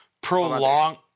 prolong